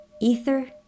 ether